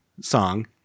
song